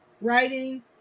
writing